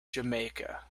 jamaica